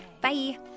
Bye